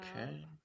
Okay